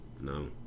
no